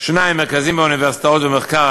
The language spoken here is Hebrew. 2. מרכזים באוניברסיטאות ומחקר,